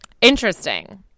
Interesting